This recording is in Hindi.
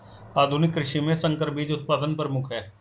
आधुनिक कृषि में संकर बीज उत्पादन प्रमुख है